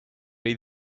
read